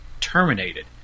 terminated